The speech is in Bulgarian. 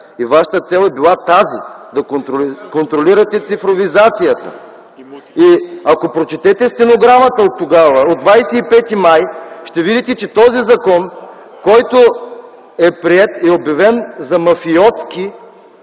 цел е била тази – да контролирате цифровизацията. Ако прочетете стенограмата от 25 май тогава, ще видите, че този закон, който е приет, е обявен за мафиотски.